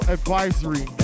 Advisory